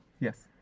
yes